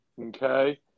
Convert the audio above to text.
Okay